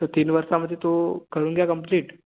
तर तीन वर्षामध्ये तो करून घ्या कंप्लीट